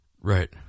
Right